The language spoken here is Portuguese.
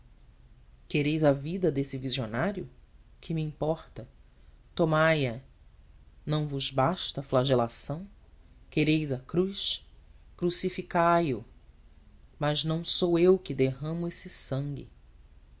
quereis a vida desse visionário que me importa tomai a não vos basta a flagelação quereis a cruz crucificai o mas não sou eu que derramo esse sangue